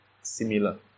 similar